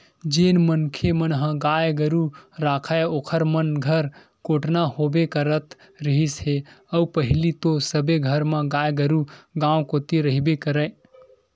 जेन मनखे मन ह गाय गरु राखय ओखर मन घर कोटना होबे करत रिहिस हे अउ पहिली तो सबे घर म गाय गरु गाँव कोती रहिबे करय